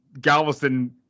Galveston